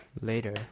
later